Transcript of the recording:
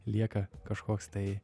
lieka kažkoks tai